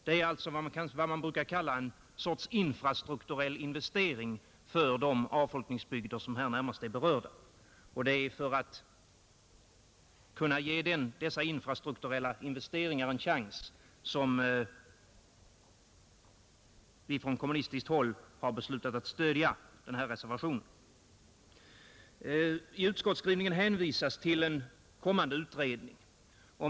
Det gäller alltså vad man 101 brukar kalla en sorts infrastrukturell investering för de avfolkningsbygder som här närmast är berörda. Det är för att kunna ge dessa infrastrukturella investeringar en chans som vi från kommunistiskt håll har beslutat att stödja den här reservationen. I utskottets skrivning hänvisas till en kommande utredning.